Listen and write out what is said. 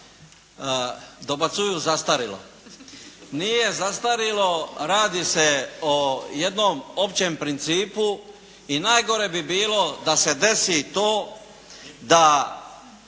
Dobacuju zastarjelo. Nije zastarilo, radi se o jednom općem principu i najgore bi bilo da se desi i to da